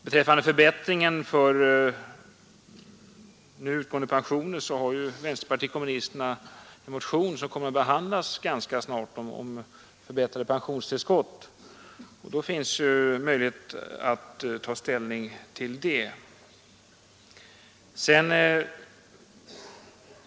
Beträffande nu utgående pensioner har ju vänsterpartiet kommunisterna en motion som kommer att behandlas ganska snart om förbättrade pensionstillskott, och då finns det möjlighet att ta ställning till den saken.